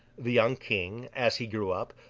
the young king, as he grew up,